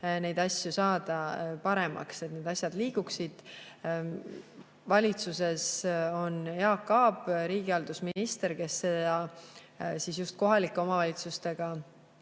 neid asju saada paremaks, et need asjad liiguksid. Valitsuses on Jaak Aab, riigihalduse minister, kes just kohalike omavalitsustega